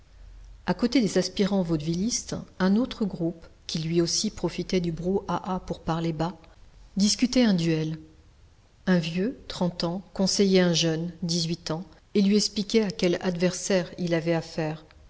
à côté des aspirants vaudevillistes un autre groupe qui lui aussi profitait du brouhaha pour parler bas discutait un duel un vieux trente ans conseillait un jeune dix-huit ans et lui expliquait à quel adversaire il avait affaire